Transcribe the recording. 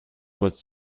was